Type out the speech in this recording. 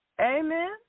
Amen